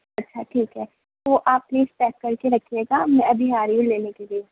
اچھا ٹھیک ہے تو آپ پلیز پیک کر کے رکھیے گا میں ابھی آ رہی ہوں لینے کے لیے